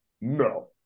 No